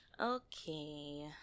Okay